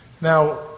Now